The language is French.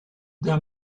d’un